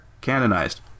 canonized